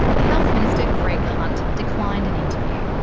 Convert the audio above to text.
the health minister greg hunt declined an interview.